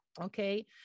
Okay